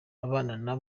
abana